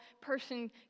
person